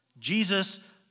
Jesus